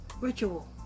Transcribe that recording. ritual